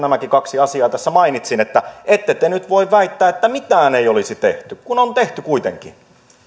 tässä mainitsin ette te nyt voi väittää että mitään ei olisi tehty kun on tehty kuitenkin